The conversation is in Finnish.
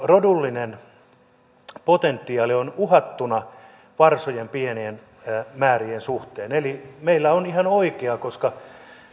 rodullinen potentiaali on uhattuna varsojen pienien määrien suhteen eli meillä on ihan oikea koska